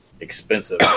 expensive